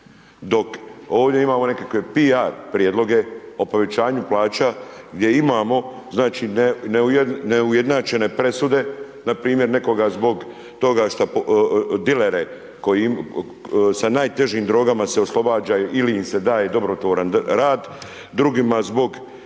Dok ovdje imamo nekakve PR prijedloge o povećanju plaća gdje imamo znači neujednačene presude, npr. nekoga zbog toga što, dilere koji, sa najtežim drogama se oslobađa ili im se daje dobrotvoran rad, drugim zbog